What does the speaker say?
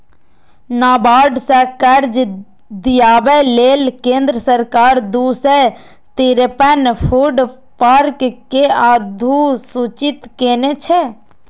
नाबार्ड सं कर्ज दियाबै लेल केंद्र सरकार दू सय तिरेपन फूड पार्क कें अधुसूचित केने छै